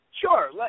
Sure